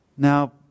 Now